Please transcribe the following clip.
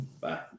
Bye